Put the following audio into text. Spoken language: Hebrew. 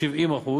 70%,